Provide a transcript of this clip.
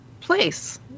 place